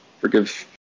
forgive